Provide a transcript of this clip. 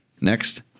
next